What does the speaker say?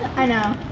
i know.